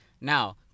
Now